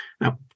Now